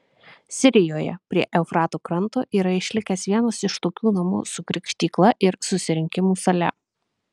sirijoje prie eufrato kranto yra išlikęs vienas iš tokių namų su krikštykla ir susirinkimų sale